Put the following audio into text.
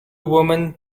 women